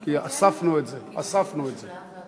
כי אספנו את זה, אספנו את זה.